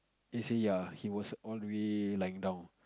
then he say ya he was all the way lying down